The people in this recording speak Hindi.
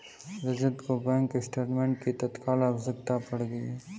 रजत को बैंक स्टेटमेंट की तत्काल आवश्यकता पड़ गई है